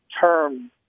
term